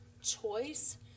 choice